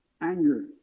anger